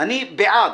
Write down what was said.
אני בעד,